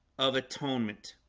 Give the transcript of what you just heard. of atonement,